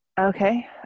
okay